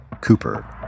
Cooper